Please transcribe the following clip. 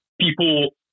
People